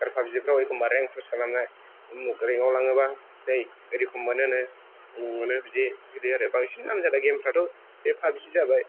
आरो पाबजिफ्राव एखम्बा रेंक पज खालामनाय उमुक रेंकआव लाङोबा नै ओरै रखम मोनोनो उमुक मोनो ओरै बिदि बिदि आरो बांसिन नामजादा गेमफोराथ' बे पाबजिआनो जाहैबाय